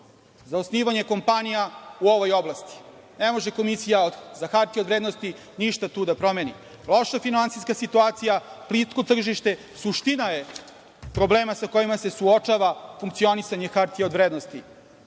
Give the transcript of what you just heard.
za osnivanje kompanija u ovoj oblasti. Ne može Komisija za hartije od vrednosti ništa tu da promeni, loša finansijska situacija, plitko tržište suština je problema sa kojima se suočava funkcionisanje hartija od vrednosti.